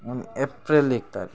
अनि अप्रेल एक तारिक